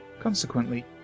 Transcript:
Consequently